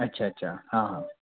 अच्छा अच्छा हाँ हाँ